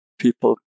people